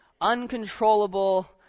Uncontrollable